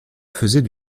faisait